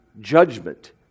judgment